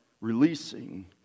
releasing